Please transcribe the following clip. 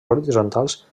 horitzontals